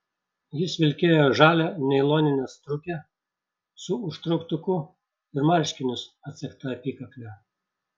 jis vilkėjo žalią nailoninę striukę su užtrauktuku ir marškinius atsegta apykakle